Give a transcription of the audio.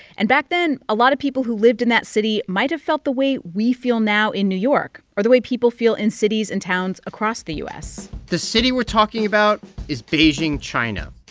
and back then, a lot of people who lived in that city might have felt the way we feel now in new york or the way people feel in cities and towns across the u s the city we're talking about is beijing, china,